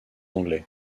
anglais